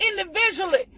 individually